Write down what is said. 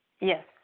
Yes